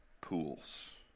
pools